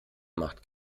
macht